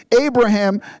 abraham